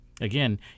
Again